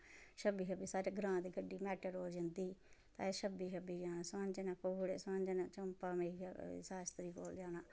छब्बी छब्बी साढ़े ग्रांऽ दी बड्डी मैटाडोर जंदी ही असैं छब्बी छब्बी जाना सुहांजनैं शास्त्री कोल जाना